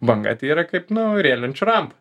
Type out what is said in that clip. banga tai yra kaip nu riedlenčių rampa